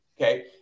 okay